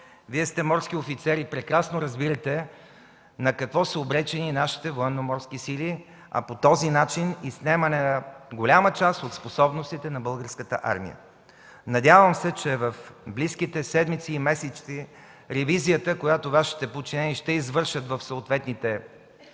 Вие сте морски офицер и прекрасно разбирате на какво са обречени нашите Военноморски сили, а по този начин и снемане на голяма част от способностите на Българската армия. Надявам се, че в близките седмици и месеци ревизията, която Вашите подчинени ще извършат в съответните